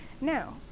Now